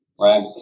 right